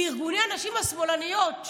לארגוני הנשים השמאלניות.